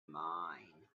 mine